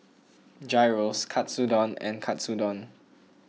Gyros Katsudon and Katsudon